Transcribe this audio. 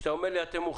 כשאתה אומר לי שעשיתם את